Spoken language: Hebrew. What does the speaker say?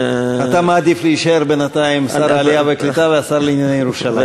אתה מעדיף להישאר בינתיים שר העלייה והקליטה והשר לענייני ירושלים,